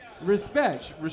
Respect